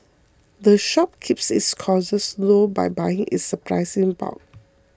the shop keeps its costs low by buying its supplies in bulk